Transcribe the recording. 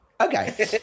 Okay